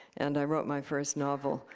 and i wrote my first novel,